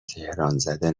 تهرانزده